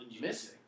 missing